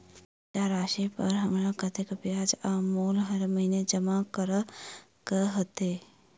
कर्जा राशि पर हमरा कत्तेक ब्याज आ मूल हर महीने जमा करऽ कऽ हेतै?